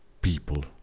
people